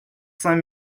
cinq